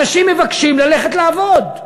אנשים מבקשים ללכת לעבוד.